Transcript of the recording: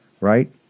right